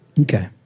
Okay